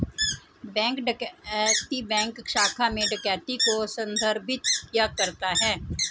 bank डकैती bank शाखा में डकैती को संदर्भित करता है